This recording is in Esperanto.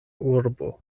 urbo